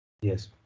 yes